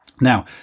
Now